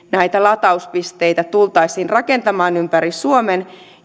näitä latauspisteitä tultaisiin rakentamaan ympäri suomen